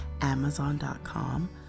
amazon.com